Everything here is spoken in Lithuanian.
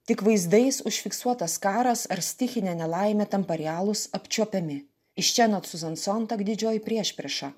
tik vaizdais užfiksuotas karas ar stichinė nelaimė tampa realūs apčiuopiami iš čia anot siuzan sontak didžioji priešprieša